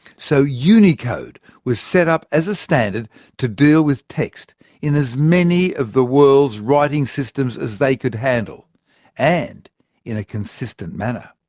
so unicode was set up as a standard to deal with text in as many of the world's writing systems as they could handle and in a consistent manner.